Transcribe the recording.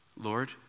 Lord